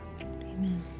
Amen